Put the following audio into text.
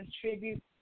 contribute